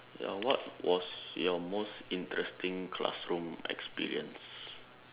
ya what was your most interesting classroom experience